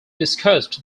discussed